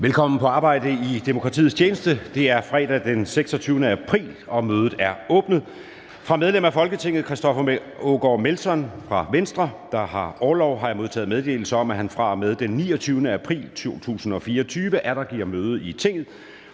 Velkommen på arbejde i demokratiets tjeneste. Det er fredag den 26. april, og mødet er åbnet. Fra medlem af Folketinget Christoffer Aagaard Melson (V), der har orlov, har jeg modtaget meddelelse om, at han fra og med den 29. april 2024 atter giver møde i Tinget.